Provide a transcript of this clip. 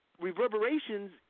reverberations